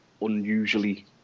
unusually